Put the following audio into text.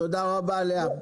תודה רבה לאה.